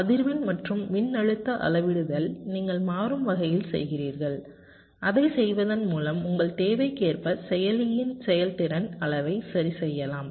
அதிர்வெண் மற்றும் மின்னழுத்த அளவிடுதல் நீங்கள் மாறும் வகையில் செய்கிறீர்கள் அதைச் செய்வதன் மூலம் உங்கள் தேவைக்கேற்ப செயலியின் செயல்திறன் அளவை சரிசெய்யலாம்